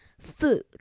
food